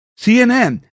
CNN